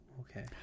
okay